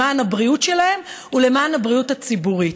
למען הבריאות שלהם ולמען הבריאות הציבורית.